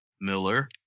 Miller